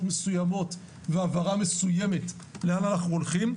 מסוימות והבהרה מסוימת לאן אנחנו הולכים,